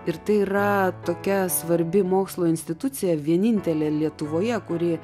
ir tai yra tokia svarbi mokslo institucija vienintelė lietuvoje kuri